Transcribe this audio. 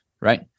right